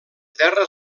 terra